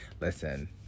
Listen